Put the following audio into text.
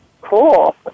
Cool